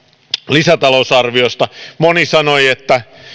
lisätalousarviosta moni sanoi että